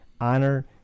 honor